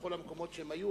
בכל המקומות שהיו,